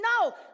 No